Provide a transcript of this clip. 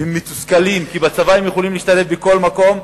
והם מתוסכלים, כי בצבא הם יכולים להשתלב בכל מקום,